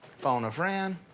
phone a friend.